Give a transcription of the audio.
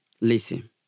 Listen